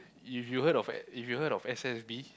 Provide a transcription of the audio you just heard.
if you heard if you heard of S_S_B